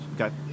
okay